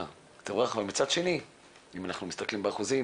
אבל מצד שני אם אנחנו מסתכלים באחוזים,